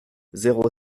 zéro